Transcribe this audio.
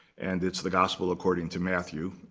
and it's the gospel according to matthew.